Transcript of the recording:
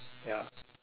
ya